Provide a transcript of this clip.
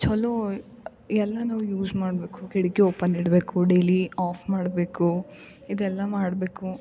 ಚಲೋ ಎಲ್ಲ ನಾವು ಯೂಸ್ ಮಾಡಬೇಕು ಕಿಟಕಿ ಓಪನ್ ಇಡಬೇಕು ಡೈಲಿ ಆಫ್ ಮಾಡಬೇಕು ಇದೆಲ್ಲ ಮಾಡಬೇಕು